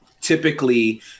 typically